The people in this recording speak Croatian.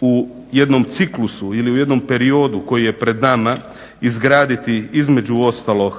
u jednom ciklusu ili u jednom periodu koji je pred nama izgraditi između ostalog